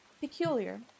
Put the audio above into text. peculiar